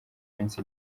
minsi